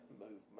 movement